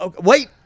Wait